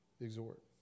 exhort